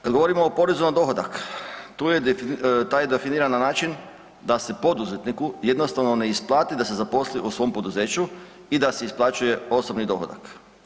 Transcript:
Kad govorimo o porezu na dohodak, tu je, taj je definiran na način da se poduzetniku jednostavno ne isplati da se zaposli u svom poduzeću i da se isplaćuje osobni dohodak.